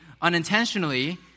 unintentionally